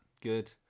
good